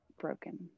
broken